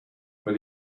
but